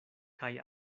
kaj